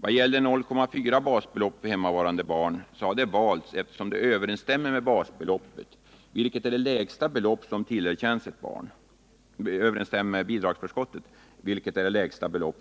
0,4 basbelopp för hemmavarande barn har valts därför att det överensstämmer med bidragsförskottet, vilket är det lägsta belopp